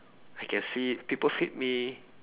I can see people feed me